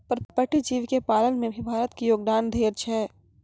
पर्पटीय जीव के पालन में भी भारत के योगदान ढेर छै